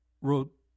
wrote